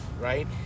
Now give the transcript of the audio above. right